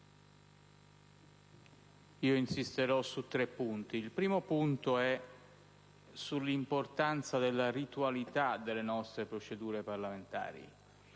insisterò su tre punti. Il primo concerne l'importanza della ritualità delle nostre procedure parlamentari.